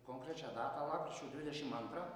konkrečią datą lapkričio dvidešim antrą